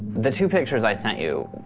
the two pictures i sent you.